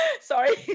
Sorry